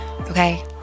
okay